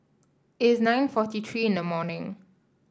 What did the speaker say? it is nine forty three in the morning